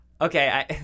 Okay